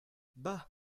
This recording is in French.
bah